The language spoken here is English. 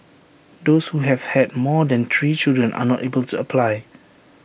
those who have had more than three children are not able to apply